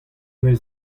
evel